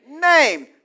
Name